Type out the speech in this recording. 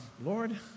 Lord